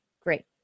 great